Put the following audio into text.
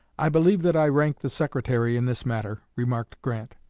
i believe that i rank the secretary in this matter, remarked grant.